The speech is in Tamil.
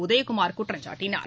உதயகுமார் குற்றம் சாட்டினார்